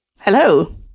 Hello